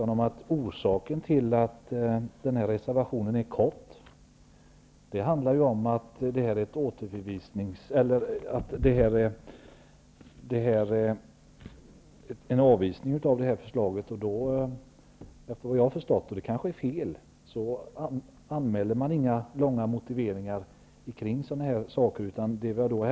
Orsaken till att reservationen är kortfattad är att det är fråga om en avvisning av förslaget. Efter vad jag har förstått, och det kanske är fel, anmäler man inga långa motiveringar i sådana här fall.